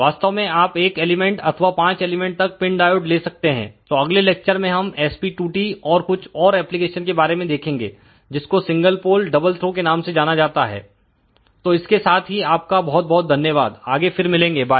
वास्तव में आप 1 एलिमेंट अथवा 5 एलिमेंट तक पिन डायोड ले सकते हैं तो अगले लेक्चर में हम SP2T और कुछ और एप्लीकेशन के बारे में देखेंगे जिसको सिंगल पोल डबल थ्रो के नाम से जाना जाता है तो इसके साथ ही आपका बहुत बहुत धन्यवाद आगे फिर मिलेंगे बाय